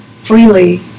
freely